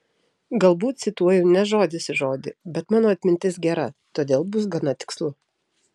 galbūt cituoju ne žodis į žodį bet mano atmintis gera todėl bus gana tikslu